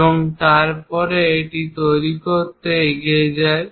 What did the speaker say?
এবং তারপরে এটি তৈরি করতে এগিয়ে যাই